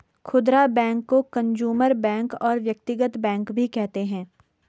खुदरा बैंक को consumer bank और व्यक्तिगत बैंक भी कहते हैं